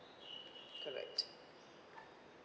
correct